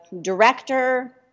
director